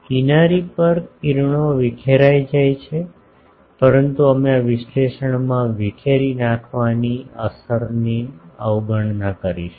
કિનારીઓ પર કિરણો વિખેરાઇ જાય છે પરંતુ અમે આ વિશ્લેષણમાં વિખેરી નાખવાની અસરની અવગણના કરીશું